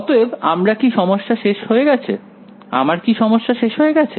অতএব আমার কি সমস্যা শেষ হয়ে গেছে